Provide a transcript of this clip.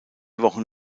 wochen